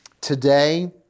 today